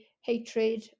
hatred